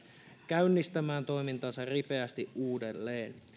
käynnistämään toimintansa ripeästi uudelleen